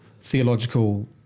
theological